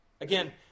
again